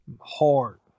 hard